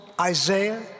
Isaiah